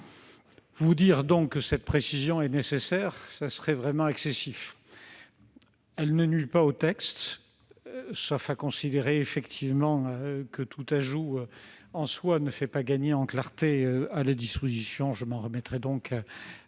Vous dire que cette précision est nécessaire serait vraiment excessif. Elle ne nuit pas au texte, sauf à considérer que tout ajout en soi ne fait pas gagner en clarté la disposition. La commission s'en remet donc à